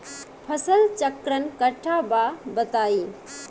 फसल चक्रण कट्ठा बा बताई?